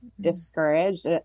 Discouraged